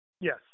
Yes